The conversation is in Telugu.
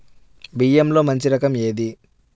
బియ్యంలో మంచి రకం ఏది?